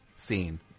Scene